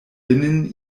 binnen